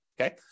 okay